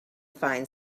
find